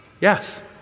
Yes